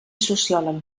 sociòleg